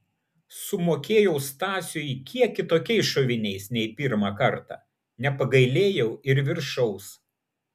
sumokėjau stasiui kiek kitokiais šoviniais nei pirmą kartą nepagailėjau ir viršaus